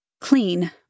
Clean